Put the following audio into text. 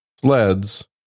sleds